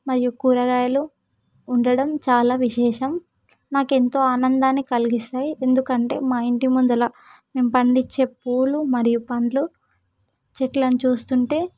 మరియు కూరగాయలు ఉండటం చాలా విశేషం నాకెంతో ఆనందాన్ని కలిగిస్తాయి ఎందుకంటే మా ఇంటి ముందల నేను పండించే పూలు మరియు పండ్లు చెట్లను చూస్తుంటే